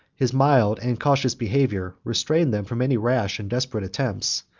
his mild and cautious behavior restrained them from any rash and desperate attempts,